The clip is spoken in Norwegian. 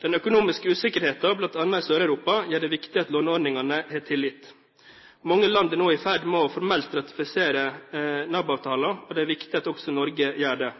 Den økonomiske usikkerheten, bl.a. i Sør-Europa, gjør det viktig at låneordningene har tillit. Mange land er nå i ferd med formelt å ratifisere NAB-avtalen, og det er viktig at også Norge gjør det.